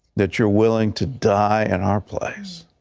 that you're willing to die in our place,